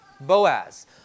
Boaz